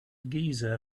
giza